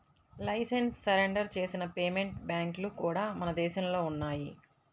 licence surrender చేసిన payment బ్యాంక్లు కూడా మన దేశంలో ఉన్నయ్యి